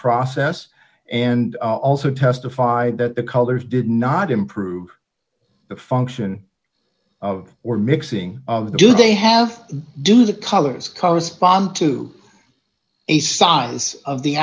process and also testified that the colors did not improve the function of or mixing of the do they have do the colors correspond to a size of the